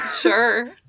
Sure